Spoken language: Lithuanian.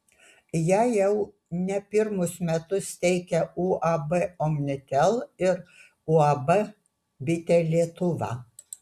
ją jau ne pirmus metus teikia uab omnitel ir uab bitė lietuva